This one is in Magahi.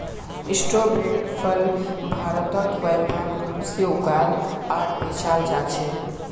स्ट्रोबेरीर फल भारतत व्यापक रूप से उगाल आर बेचाल जा छेक